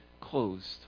closed